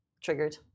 triggered